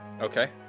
Okay